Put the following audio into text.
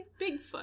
Bigfoot